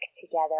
together